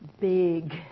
big